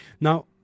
Now